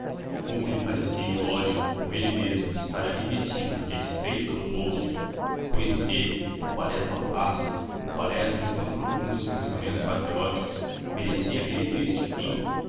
como lhe parecia ilógico com ele mesmo estar ali metido naquele estreito calabouço pois ele o quaresma plácido o quaresma de tão profundos pensamentos patrióticos merecia aquele triste fim